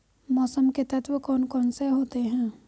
मौसम के तत्व कौन कौन से होते हैं?